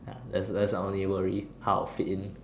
that's the only worry how I would fit in